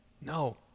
No